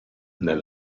nel